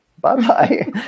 bye-bye